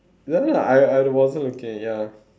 ya lah I I wasn't looking ya